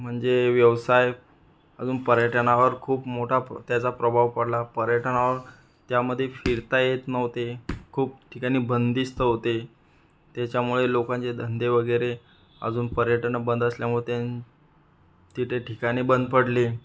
म्हणजे व्यवसाय अजून पर्यटनावर खूप मोठा प त्याचा प्रभाव पडला पर्यटनावर त्यामधे फिरता येत नव्हते खूप ठिकाणी बंदिस्त होते त्याच्यामुळे लोकांचे धंदे वगैरे अजून पर्यटनं बंद असल्यामुळे त्यां तिथे ठिकाणे बंद पडली